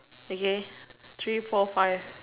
okay three four five